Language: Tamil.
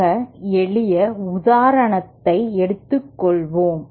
மிக எளிய எளிய உதாரணத்தை எடுத்துக்கொள்வோம்